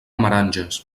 meranges